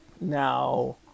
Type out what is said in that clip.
now